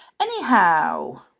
Anyhow